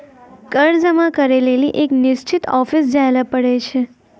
कर जमा करै लेली एक निश्चित ऑफिस जाय ल पड़ै छै